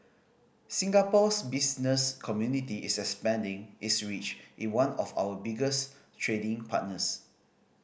Singapore's business community is expanding its reach in one of our biggest trading partners